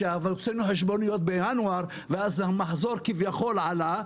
כשהוצאנו חשבוניות בינואר ואז המחזור כביכול עלה.